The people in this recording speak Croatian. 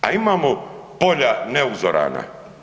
A imamo polja neuzorana.